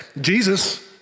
Jesus